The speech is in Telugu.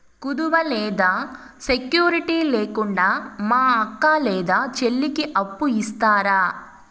కుదువ లేదా సెక్యూరిటి లేకుండా మా అక్క లేదా చెల్లికి అప్పు ఇస్తారా?